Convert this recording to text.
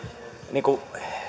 niin kuin